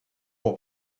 pour